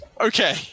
Okay